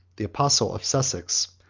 the apostle of sussex,